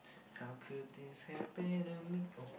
how could this happen to me oh